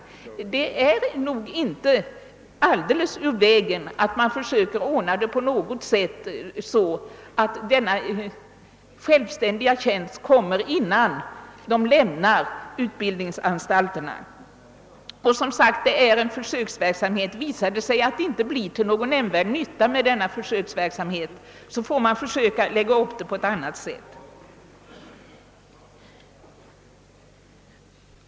Det är nog inte alldeles ur vägen att man på något sätt försöker ordna så, att eleverna får denna självständiga tjänst innan de lämnar utbildningsanstalterna. Och, som sagt, detta är en försöksverksamhet. Visar det sig att denna ordning inte är till någon nämnvärd nytta, så får man försöka lägga upp det hela på något annat sätt.